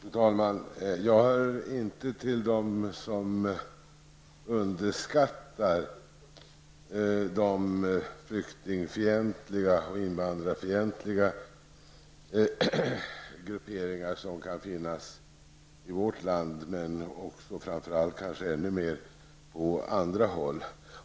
Fru talman! Jag hör inte till dem som underskattar de flyktingfientliga och invandrarfientliga grupperingar som kan finnas i vårt land men kanske framför allt ännu mer på andra håll.